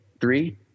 Three